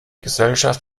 gesellschaft